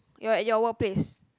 your your workplace